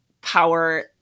power